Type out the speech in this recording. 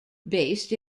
based